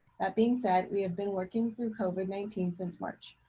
that being said, we have been working through covid nineteen since march.